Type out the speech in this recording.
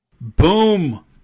Boom